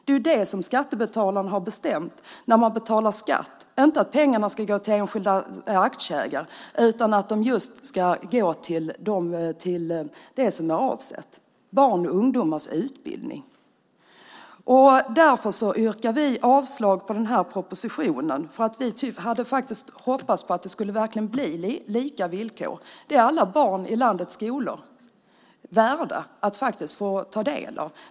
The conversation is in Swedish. Det är det skattebetalarna har bestämt när man betalar skatt, inte att pengarna ska gå till enskilda aktieägarna. De ska gå till det som de är avsedda för, nämligen barns och ungdomars utbildning. Vi hade hoppats att det verkligen skulle bli lika villkor, vilket alla barn i landets skolor är värda att få ta del av.